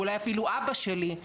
ואולי אפילו "אבא שלי",